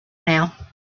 now